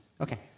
Okay